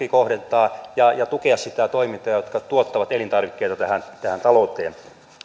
tuki kohdentaa ja ja tukea niitä toimintoja jotka tuottavat elintarvikkeita tähän tähän talouteen